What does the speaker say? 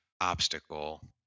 obstacle